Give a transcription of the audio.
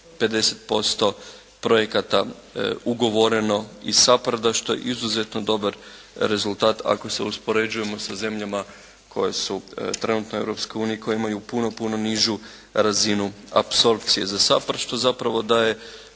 50% projekata ugovoreno iz SAPHARD-a što je izuzetno dobar rezultat ako se uspoređujemo sa zemljama koje su trenutno u Europskoj uniji, koje imaju puno, puno nižu razinu apsorpcije za SAPHARD što zapravo daje